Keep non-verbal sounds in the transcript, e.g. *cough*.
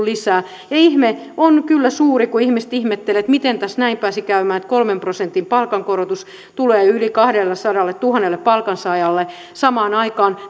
*unintelligible* lisää ihme on kyllä suuri kun ihmiset ihmettelevät miten tässä näin pääsi käymään että kolmen prosentin palkankorotus tulee yli kahdellesadalletuhannelle palkansaajalle samaan aikaan *unintelligible*